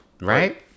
right